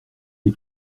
les